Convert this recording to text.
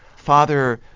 father,